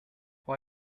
why